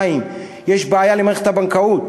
2. יש בעיה למערכת הבנקאות,